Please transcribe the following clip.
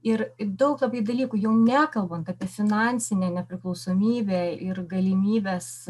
ir daug labai dalykų jau nekalbant apie finansinę nepriklausomybę ir galimybes